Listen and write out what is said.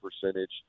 percentage